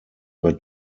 were